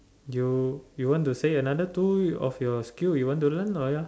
you you want to say another two of your skill you want to learn loh ya